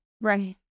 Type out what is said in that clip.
Right